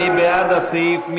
מי בעד הסעיף?